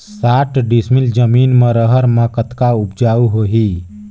साठ डिसमिल जमीन म रहर म कतका उपजाऊ होही?